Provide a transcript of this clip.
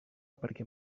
perquè